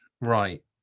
Right